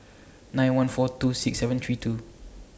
nine one four two six seven three two